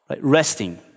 Resting